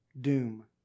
doom